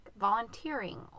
volunteering